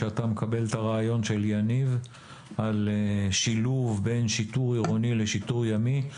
שאתה מקבל את הרעיון של יניב על שילוב בין שיטור עירוני לשיטור ימי.